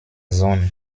sohn